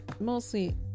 mostly